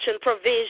provision